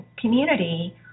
community